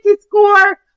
score